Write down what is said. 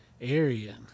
area